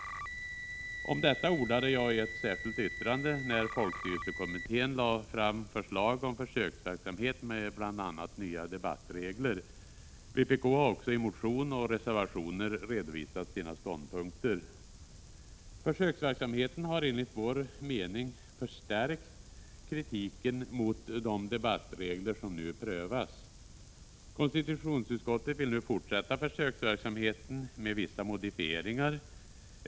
Om detta ordade jag i ett särskilt yttrande när folkstyrelsekommittén lade fram förslag om försöksverksamhet med bl.a. nya debattregler. Vpk har också i motion och reservationer redovisat sina ståndpunkter. Försöksverksamheten har enligt vår mening förstärkt kritiken mot de debattregler som nu prövas. Konstitutionsutskottet vill nu fortsätta försöksverksamheten med vissa modifieringar.